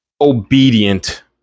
obedient